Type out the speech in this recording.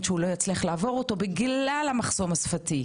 שלא יצליח לעבור אותו בכלל המחסום השפתי.